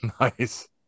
Nice